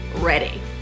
ready